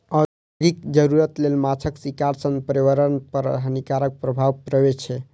औद्योगिक जरूरत लेल माछक शिकार सं पर्यावरण पर हानिकारक प्रभाव पड़ै छै